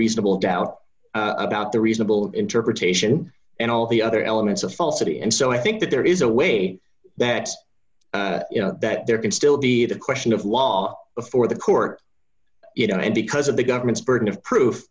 reasonable doubt about the reasonable interpretation and all the other elements of falsity and so i think that there is a way that you know that there can still be a question of law before the court you know and because of the government's burden of proof